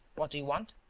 what do you want?